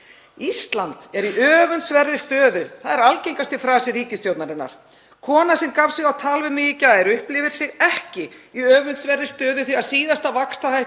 Ísland er í öfundsverðri stöðu. Það er algengasti frasi ríkisstjórnarinnar. Kona sem gaf sig á tal við mig í gær upplifir sig ekki í öfundsverðri stöðu því að síðasta vaxtahækkun